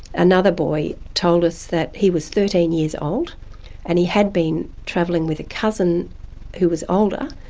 another boy told us that he was thirteen years old and he had been travelling with a cousin who was older.